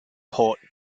port